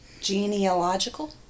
Genealogical